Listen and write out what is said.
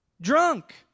drunk